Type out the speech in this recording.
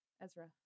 Ezra